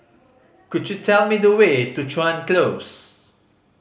could you tell me the way to Chuan Close